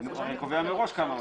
הוא קובע מראש כמה עולים.